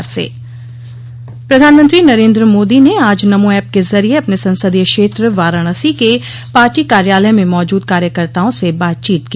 पधानमंत्री नरेन्द्र मोदी ने आज नमो ऐप के जरिये अपने संसदीय क्षेत्र वाराणसी के पार्टी कार्यालय में मौजूद कार्यकर्ताओं से बातचीत की